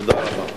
תודה רבה.